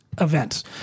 events